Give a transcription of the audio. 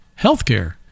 Healthcare